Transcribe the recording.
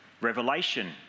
revelation